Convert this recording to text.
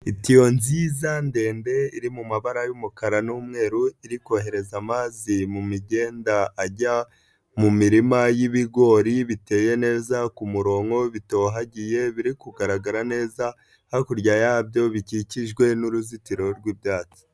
Itiyo nziza ndende iri mu mabara y'umukara n'umweru, iri kohereza amazi mu migenda ajya mu mirima y'ibigori biteye neza ku murongo, bitohagiye biri kugaragara neza, hakurya yabyo bikikijwe n'uruzitiro rw'ibyatsi.